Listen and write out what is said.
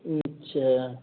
اچھا